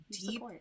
deep